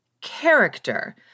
character